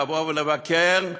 לבוא ולבקר,